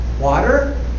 water